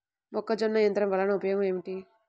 మొక్కజొన్న యంత్రం వలన ఉపయోగము ఏంటి?